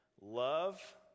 love